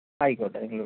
ആയിക്കോട്ടെ നിങ്ങൾ